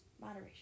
Moderation